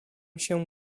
się